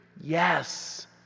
Yes